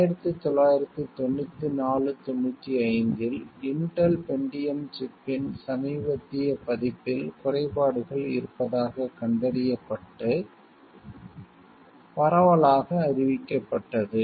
1994 95 இல் Intel Pentium சிப்பின் சமீபத்திய பதிப்பில் குறைபாடுகள் இருப்பதாகக் கண்டறியப்பட்டு பரவலாக அறிவிக்கப்பட்டது